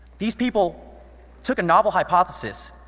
these people took a novel hypothesis,